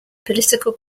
political